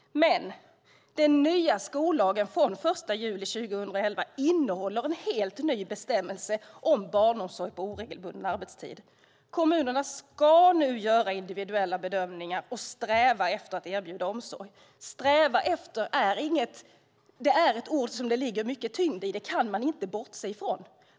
Den nya skollagen från den 1 juli 2011 innehåller en helt ny bestämmelse om barnomsorg på oregelbunden arbetstid. Kommunerna ska nu göra individuella bedömningar och sträva efter att erbjuda omsorg. "Sträva efter" är något som det ligger mycket tyngd i. Det kan man inte bortse från.